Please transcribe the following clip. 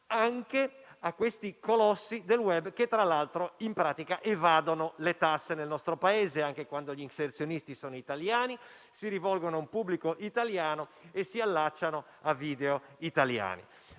anche a questi colossi del *web,* che tra l'altro, in pratica evadono le tasse nel nostro Paese, anche quando gli inserzionisti sono italiani, si rivolgono a un pubblico italiano e si allacciano a video italiani.